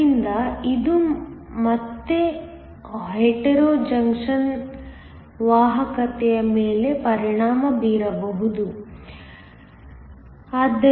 ಆದ್ದರಿಂದ ಇದು ಮತ್ತೆ ಹೆಟೆರೊ ಜಂಕ್ಷನ್ ನ ವಾಹಕತೆಯ ಮೇಲೆ ಪರಿಣಾಮ ಬೀರಬಹುದು